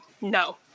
No